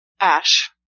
Ash